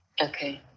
Okay